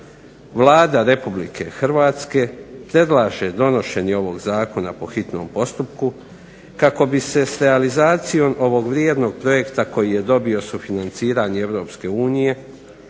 Vlada Republike Hrvatske predlaže donošenje ovog zakona po hitnom postupku kako bi se s realizacijom ovog vrijednog projekta koji je dobio sufinanciranje